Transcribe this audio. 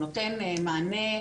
הוא נותן מענה,